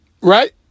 right